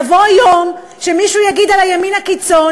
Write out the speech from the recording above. יבוא יום שמישהו יגיד על הימין הקיצון